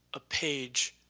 a page,